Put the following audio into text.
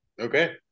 Okay